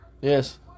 Yes